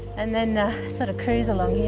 and then sort of cruise along here.